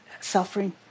suffering